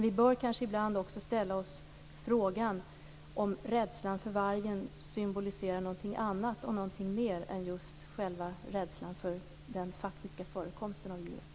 Vi bör kanske ibland också ställa oss frågan om rädslan för vargen symboliserar någonting annat och någonting mer är just rädslan för den faktiska förekomsten av djuret.